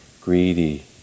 greedy